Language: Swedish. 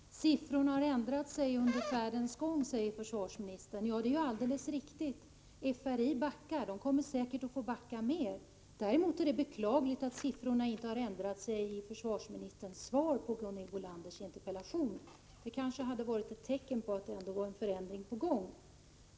Herr talman! Siffrorna har ändrats under färdens gång säger försvarsministern. Ja, det är alldeles riktigt. FRI backar, och man kommer säkert att få backa mera. Däremot är det beklagligt att siffrorna inte har ändrats i försvarsministerns svar på Gunhild Bolanders interpellation. Det hade kanske varit ett tecken på att en förändring ändå var på gång.